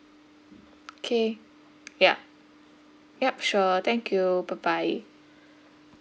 K ya yup sure thank you bye bye